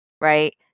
right